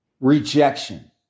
Rejection